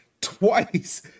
twice